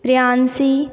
Priyanshi